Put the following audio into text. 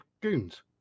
goons